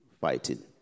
fighting